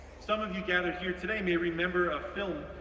some of you gathered here today may remember a film,